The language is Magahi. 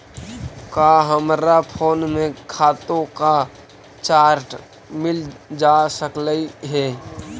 का हमरा फोन में खातों का चार्ट मिल जा सकलई हे